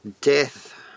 death